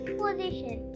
position